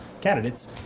candidates